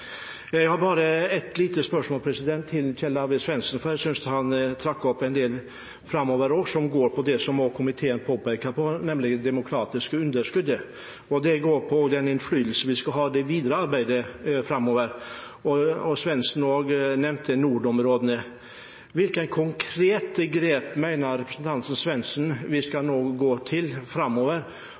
Jeg har bare et lite spørsmål til Kjell Arvid Svendsen, for jeg synes han trakk opp en del av det som også komiteen påpeker, nemlig det demokratiske underskuddet. Spørsmålet går på den innflytelsen vi skal ha i det videre arbeidet framover. Svendsen nevnte nordområdene. Hvilke konkrete grep mener representanten Svendsen vi nå skal ta framover